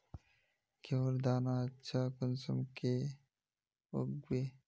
गेहूँर दाना अच्छा कुंसम के उगबे?